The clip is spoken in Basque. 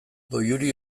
goiuri